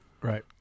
Right